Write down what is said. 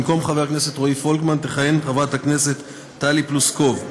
במקום חבר כנסת רועי פולקמן תכהן חברת הכנסת טלי פלוסקוב.